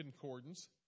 Concordance